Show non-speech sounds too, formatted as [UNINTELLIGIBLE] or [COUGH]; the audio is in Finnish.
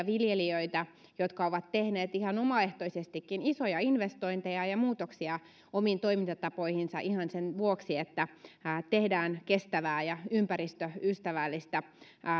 [UNINTELLIGIBLE] viljelijöitä jotka ovat tehneet ihan omaehtoisestikin isoja investointeja ja ja muutoksia omiin toimintatapoihinsa ihan sen vuoksi että tehdään kestävää ja ympäristöystävällistä